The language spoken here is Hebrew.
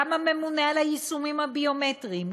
גם הממונה על היישומים הביומטריים,